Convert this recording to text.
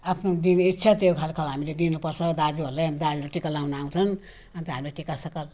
आफ्नो दिने इच्छा त्यो खालको हामीले दिनुपर्छ दाजुहरूलाई अनि दाजुले टिका लगाउनु आउँछन् अन्त हाम्रो टिकासिका